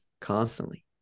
constantly